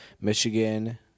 Michigan